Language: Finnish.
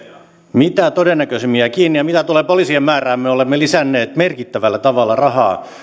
mitä todennäköisimmin jää kiinni ja mitä tulee poliisien määrään niin me olemme lisänneet merkittävällä tavalla rahaa